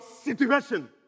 situation